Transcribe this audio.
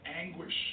anguish